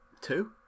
two